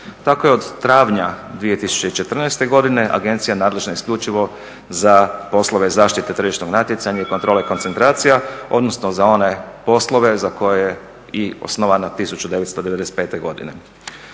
Tako je od travnja 2014.godine agencija nadležna isključivo za poslove zaštite tržišnog natjecanja i kontrole koncentracija odnosno za one poslove za koje je i osnovana 1995.godine.